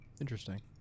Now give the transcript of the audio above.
Interesting